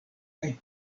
kaj